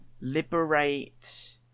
Liberate